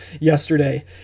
yesterday